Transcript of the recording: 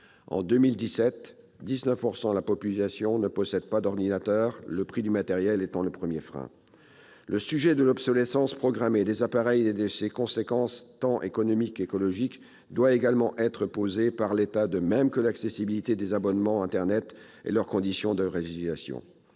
En 2017, 19 % de la population ne possédait pas d'ordinateur, le prix du matériel étant le premier frein. Le sujet de l'obsolescence programmée des appareils et de ses conséquences, tant économiques qu'écologiques, doit également être soulevé par l'État, de même que l'accessibilité et les conditions de résiliation